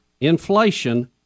inflation